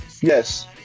yes